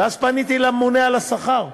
ואז פניתי לממונה על השכר.